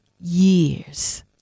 years